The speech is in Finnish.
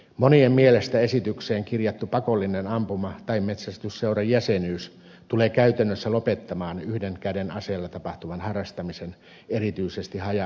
monien mielestä esitykseen kirjattu pakollinen ampuma tai metsästysseuran jäsenyys tulee käytännössä lopettamaan yhden käden aseella tapahtuvan harrastamisen erityisesti haja asutusalueilla